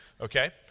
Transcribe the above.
Okay